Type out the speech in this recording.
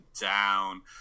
down